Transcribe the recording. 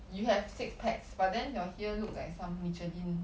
you have six packs but then your here look like some Michelin